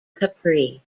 capri